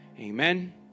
Amen